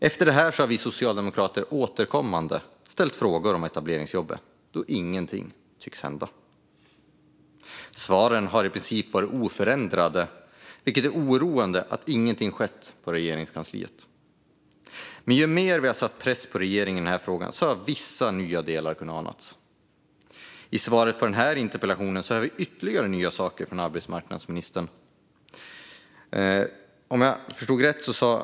Efter detta har vi socialdemokrater återkommande ställt frågor om etableringsjobben, men ingenting tycks hända. Svaren har i princip varit oförändrade, och det är oroande att ingenting har skett i Regeringskansliet. När vi har satt mer press på regeringen i denna fråga har vissa nya delar kunnat anas. I svaret på denna interpellation kommer det ytterligare nya saker från arbetsmarknadsministern.